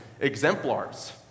exemplars